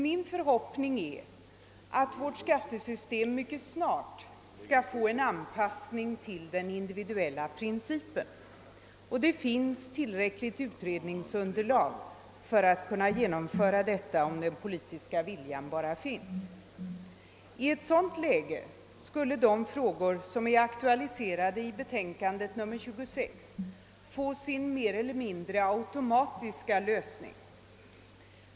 Min förhoppning är att vårt skattesystem mycket snart skall få en anpassning till den individuella principen, och det finns tillräckligt utredningsunderlag för att kunna genomföra detta, om bara den politiska viljan finns. I ett sådant läge skulle de frågor som är aktualiserade i bevillningsutskottets betänkande nr 26 få sin mer eller mindre automatiska lösning.